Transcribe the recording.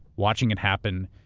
watching it happen,